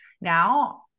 Now